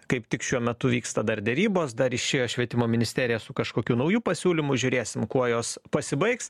kaip tik šiuo metu vyksta dar derybos dar išėjo švietimo ministerija su kažkokiu nauju pasiūlymu žiūrėsim kuo jos pasibaigs